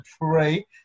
pray